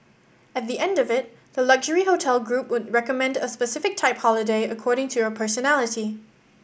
at the end of it the luxury hotel group would recommend a specific type holiday according to your personality